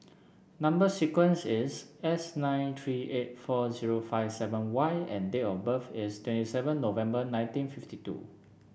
number sequence is S nine three eight four zero five seven Y and date of birth is twenty seven November nineteen fifty two